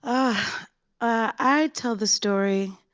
i i tell the story